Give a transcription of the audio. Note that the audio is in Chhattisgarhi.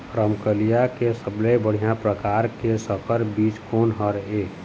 रमकलिया के सबले बढ़िया परकार के संकर बीज कोन हर ये?